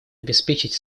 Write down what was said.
обеспечить